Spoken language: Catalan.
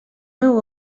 meu